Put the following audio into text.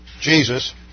Jesus